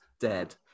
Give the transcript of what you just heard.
dead